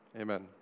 Amen